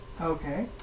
Okay